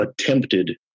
attempted